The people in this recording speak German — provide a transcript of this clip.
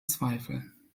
zweifel